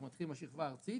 הוא מתחיל עם השכבה הארצית,